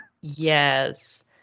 Yes